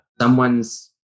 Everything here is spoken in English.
someone's